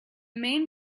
main